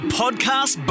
podcast